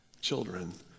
children